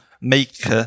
make